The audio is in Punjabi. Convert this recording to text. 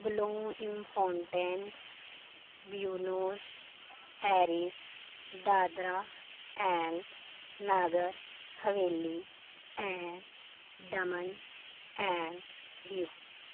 ਵੱਲੋਂ ਇੰਮਫੋਨਟੇਂਸ Buenos Aires Dadra and Nagar Haveli and Daman and ਦੀਓ